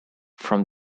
from